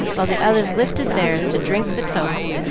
while the others lifted theirs to drink the toast,